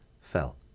Fell